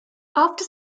after